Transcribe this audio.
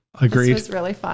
agreed